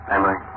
Emily